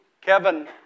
Kevin